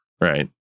Right